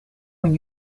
when